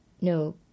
no